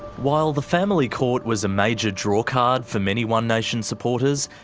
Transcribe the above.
while the family court was a major drawcard for many one nation supporters,